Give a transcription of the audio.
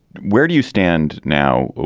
where do you stand now?